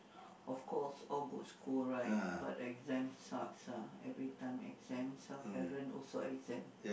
of course all good school right but exams sucks ah everytime exams some parent also exam